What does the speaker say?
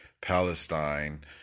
Palestine